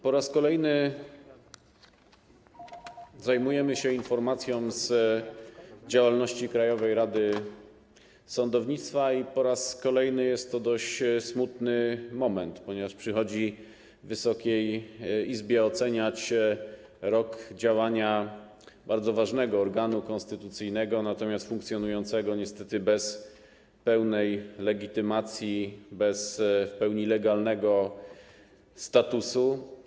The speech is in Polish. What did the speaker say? Po raz kolejny zajmujemy się informacją o działalności Krajowej Rady Sądownictwa i po raz kolejny jest to dość smutny moment, ponieważ Wysokiej Izbie przychodzi oceniać rok działania bardzo ważnego organu konstytucyjnego, natomiast funkcjonującego niestety bez pełnej legitymacji, bez w pełni legalnego statusu.